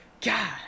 God